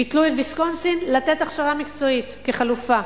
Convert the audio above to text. ביטלו את ויסקונסין, לתת הכשרה מקצועית כחלופה.